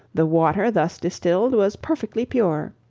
the water thus distilled was perfectly pure,